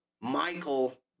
Michael